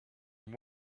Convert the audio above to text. and